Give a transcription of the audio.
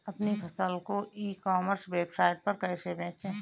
अपनी फसल को ई कॉमर्स वेबसाइट पर कैसे बेचें?